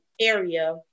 area